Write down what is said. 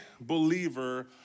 believer